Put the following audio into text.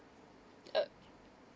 uh